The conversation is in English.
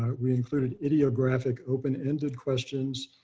um we included video graphic open ended questions.